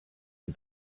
and